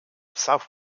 south